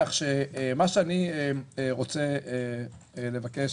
כך שמה שאני רוצה לבקש,